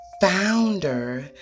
founder